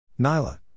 Nyla